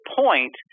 point